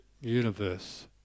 universe